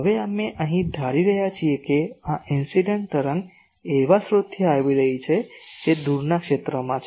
હવે અમે અહીં ધારી રહ્યા છીએ કે આ ઇન્સીડેંટ તરંગ એવા સ્ત્રોતથી આવી રહી છે જે દૂરના ક્ષેત્રમાં છે